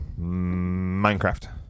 Minecraft